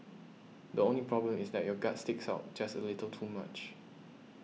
the only problem is that your gut sticks out just a little too much